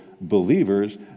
believers